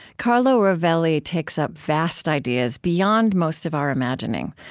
carlo rovelli takes up vast ideas beyond most of our imagining,